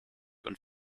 und